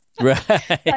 Right